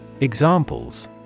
Examples